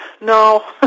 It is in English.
no